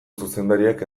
zuzendariak